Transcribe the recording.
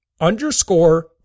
underscore